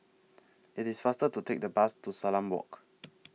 IT IS faster to Take The Bus to Salam Walk